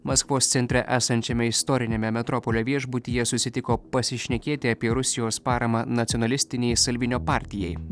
maskvos centre esančiame istoriniame metropolio viešbutyje susitiko pasišnekėti apie rusijos paramą nacionalistinei salvinio partijai